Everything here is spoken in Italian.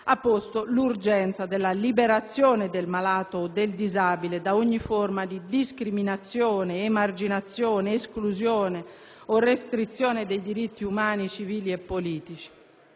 ha posto l'urgenza della liberazione del malato o del disabile da ogni forma di discriminazione, emarginazione, esclusione o restrizione dei diritti umani civili e politici.